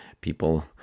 people